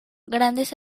grandes